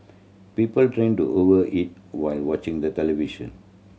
people tend to over eat while watching the television